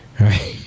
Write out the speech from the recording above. right